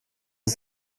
ist